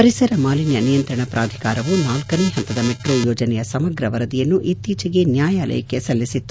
ಪರಿಸರ ಮಾಲಿನ್ಯ ನಿಯಂತ್ರಣ ಪ್ರಾಧಿಕಾರವು ನಾಲ್ಕನೇ ಹಂತದ ಮೆಟ್ರೋ ಯೋಜನೆಯ ಸಮಗ್ರ ವರದಿಯನ್ನು ಇತ್ತೀಚೆಗೆ ನ್ನಾಯಾಲಯಕ್ತೆ ಸಲ್ಲಿಸಿತ್ತು